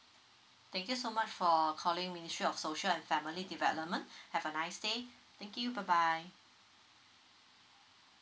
thank you so much for calling ministry of social and family development have a nice day thank you bye bye